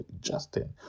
Justin